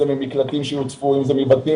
מול פיקוד העורף,